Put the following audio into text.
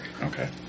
Okay